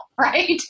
right